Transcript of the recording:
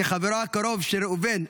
כחברו הקרוב של ראובן,